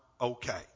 okay